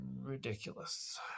ridiculous